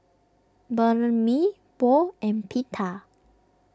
Banh Mi Pho and Pita